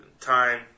time